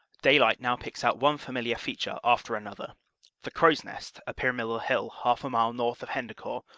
daylight now picks out one familiar feature after another the crow's nest, a pyramidal hill half a mile north of hendecourt,